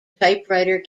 typewriter